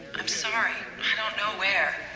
i'm sorry, i don't know where.